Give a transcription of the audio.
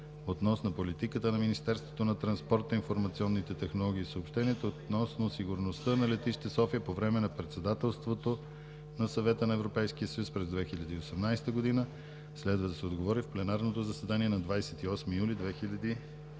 относно политиката на Министерството на транспорта, информационните технологии и съобщенията относно сигурността на летище София по време на председателството на Съвета на Европейския съюз през 2018 г. Следва да се отговори в пленарното заседание на 28 юли 2017